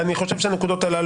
אני יודעת שהוגש הצ'ק.